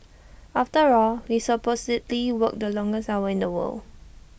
after all we supposedly work the longest hour in the world